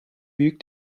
büyük